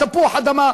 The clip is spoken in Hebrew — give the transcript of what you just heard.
תפוח-אדמה,